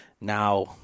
now